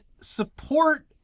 support